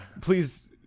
Please